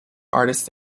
artists